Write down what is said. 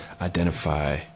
identify